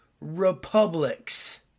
republics